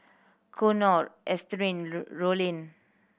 Konnor Ernestine Rollin